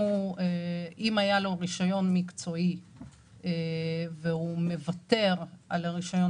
אם היה לו רישיון מקצועי והוא מוותר על הרישיון